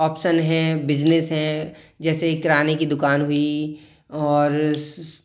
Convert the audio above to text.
option हैं business हैं जैसे किराने की दुकान हुई और